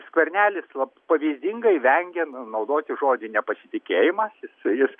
skvernelis la pavyzdingai vengiama na naudoti žodį nepasitikėjimas jis